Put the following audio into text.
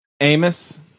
Amos